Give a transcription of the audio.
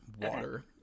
water